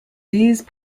these